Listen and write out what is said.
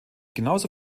genauso